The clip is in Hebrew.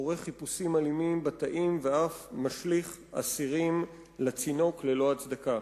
עורך חיפושים אלימים בתאים ואף משליך אסירים לצינוק ללא הצדקה.